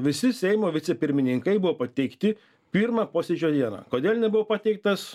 visi seimo vicepirmininkai buvo pateikti pirmą posėdžio dieną kodėl nebuvo pateiktas